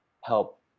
help